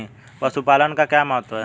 पशुपालन का क्या महत्व है?